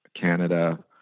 Canada